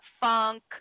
funk